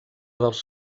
dels